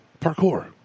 Parkour